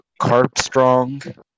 Carpstrong